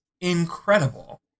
incredible